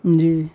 جی